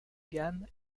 gamme